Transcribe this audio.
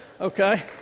Okay